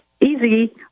easy